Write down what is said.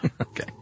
Okay